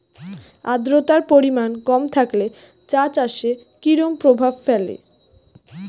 আদ্রতার পরিমাণ কম থাকলে চা চাষে কি রকম প্রভাব ফেলে?